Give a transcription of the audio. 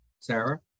Sarah